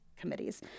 committees